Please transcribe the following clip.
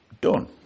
done